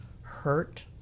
hurt